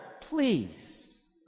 please